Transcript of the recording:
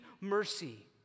mercy